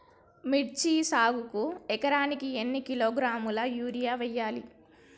మిర్చి సాగుకు ఎకరానికి ఎన్ని కిలోగ్రాముల యూరియా వేయాలి?